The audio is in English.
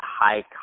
high